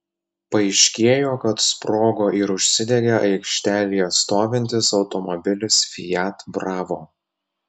paaiškėjo kad sprogo ir užsidegė aikštelėje stovintis automobilis fiat bravo